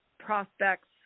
prospects